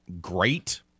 great